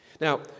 Now